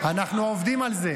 אנחנו עובדים על זה.